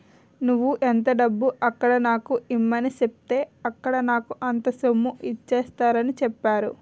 నువ్వు ఎంత డబ్బు అక్కడ నాకు ఇమ్మని సెప్పితే ఇక్కడ నాకు అంత సొమ్ము ఇచ్చేత్తారని చెప్పేరు